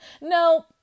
No